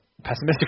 pessimistic